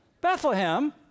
Bethlehem